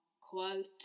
quote